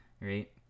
right